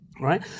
Right